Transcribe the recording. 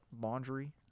laundry